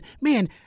man